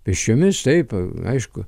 pėsčiomis taip aišku